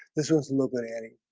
this one's a little bit annie